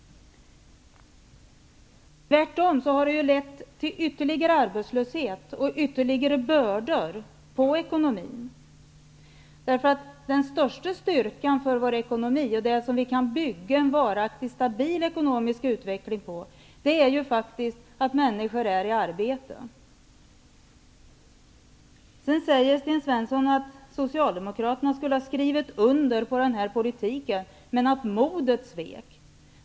Tvärtom har den lett till en ännu större arbetslöshet och till ytterligare bördor för ekonomin. Den största styrkan för vår ekonomi och det som vi kan bygga en varaktig stabil ekonomisk ut veckling på är faktiskt just att människor är i ar bete. Sedan säger Sten Svensson att Socialdemokra terna skulle ha skrivit under på den här politiken men att modet svek.